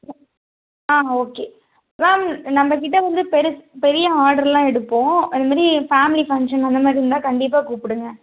ஆ okay ma'am நம்பகிட்ட வந்து பெரு பெரிய ஆர்டர் எல்லாம் எடுப்போம் அந்தமாரி ஃபேமிலி ஃபங்ஷன் அந்தமாதிரி இருந்தா கண்டிப்பாக கூப்பிடுங்க